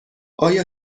آیا